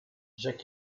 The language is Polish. rzekł